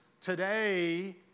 Today